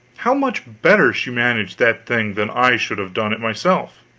how much better she managed that thing than i should have done it myself!